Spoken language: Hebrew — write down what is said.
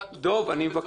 אני מבקש.